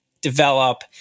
develop